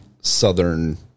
Southern